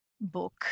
book